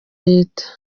leta